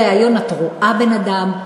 בריאיון את רואה בן-אדם.